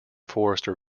forester